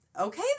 okay